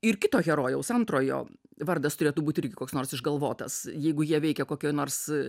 ir kito herojaus antrojo vardas turėtų būti irgi koks nors išgalvotas jeigu jie veikia kokioj nors